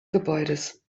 gebäudes